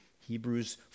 Hebrews